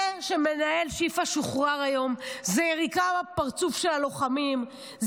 זה שמנהל שיפא שוחרר היום זו יריקה בפרצוף של הלוחמים,